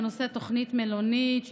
בנושא תוכנית מלונית,